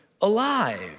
alive